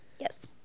Yes